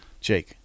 Jake